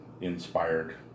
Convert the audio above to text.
inspired